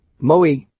Moe